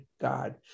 God